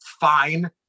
fine